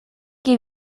que